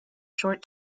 short